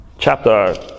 chapter